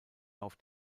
auf